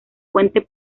puente